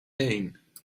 één